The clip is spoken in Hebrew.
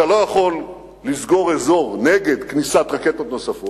אתה לא יכול לסגור אזור נגד כניסת רקטות נוספות,